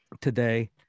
today